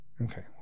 Okay